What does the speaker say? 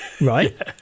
Right